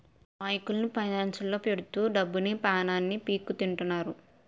అమాయకుల్ని ఫైనాన్స్లొల్లు పీడిత్తు డబ్బుని, పానాన్ని పీక్కుతింటారు